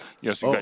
Yes